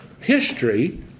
history